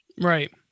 Right